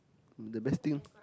the best thing